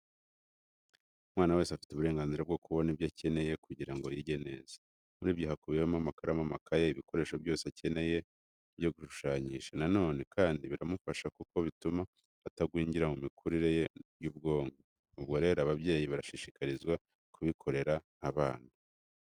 Umwana wese afite uburenganzira bwo kubona ibyo akeneye kugira ngo yige neza. Muri byo hakubiyemo amakaramu, amakaye, ibikoresho byose akeneye byo gushushanyisha. Na none kandi biramufasha kuko bituma atagwingira mu mikurire ye y'ubwonko. Ubwo rero ababyeyi barashishikarizwa kubikorera abana.